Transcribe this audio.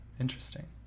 interesting